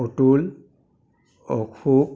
Atul Ashok